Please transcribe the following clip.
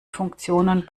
funktionen